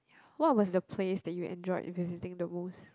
what was the place that you enjoyed visiting the most